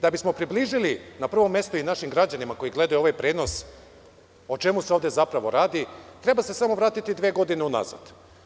Da bismo približili, na prvom mestu građanima koji gledaju ovaj prenos, o čemu se ovde zapravo radi, treba se samo vratiti dve godine unazad.